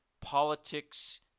politics